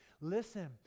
listen